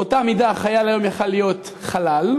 באותה מידה החייל היום היה יכול להיות חלל.